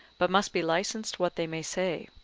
but must be licensed what they may say.